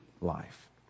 life